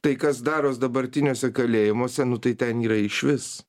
tai kas daros dabartiniuose kalėjimuose nu tai ten yra išvis